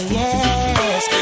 yes